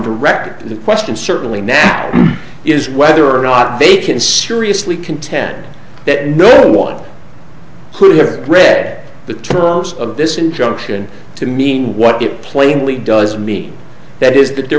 the question certainly now is whether or not they can seriously contend that no one could hear or read the terms of this injunction to mean what it plainly does mean that is that there